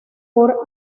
por